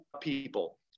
people